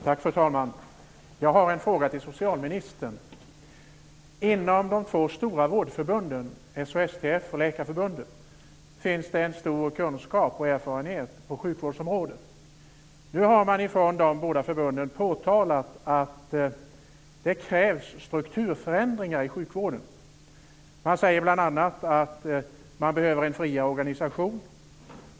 Fru talman! Jag har en fråga till socialministern. Inom de två stora vårdförbunden, SHSTF och Läkarförbundet, finns det en stor kunskap och erfarenhet på sjukvårdsområdet. Nu har man från de båda förbunden påtalat att det krävs strukturförändringar i sjukvården. Man säger bl.a. att man behöver en friare organisation.